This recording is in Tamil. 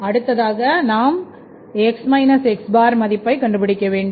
அடுத்ததாக நாம் மதிப்பை கண்டுபிடிக்க வேண்டும்